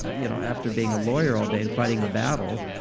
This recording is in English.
ah you know after being a lawyer all day and fighting a battle,